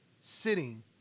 sitting